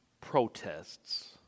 protests